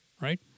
right